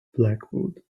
blackwood